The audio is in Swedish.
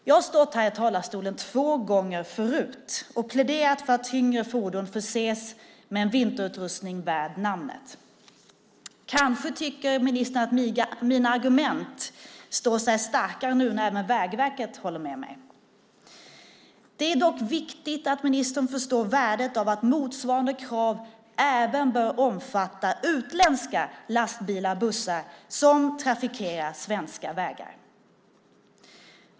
Jag har stått här i talarstolen två gånger förut och pläderat för att tyngre fordon ska förses med en vinterutrustning värd namnet. Kanske tycker ministern att mina argument står sig starkare nu när även Vägverket håller med mig? Det är dock viktigt att ministern förstår värdet av att motsvarande krav även bör omfatta utländska lastbilar och bussar som trafikerar svenska vägar.